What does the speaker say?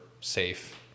Safe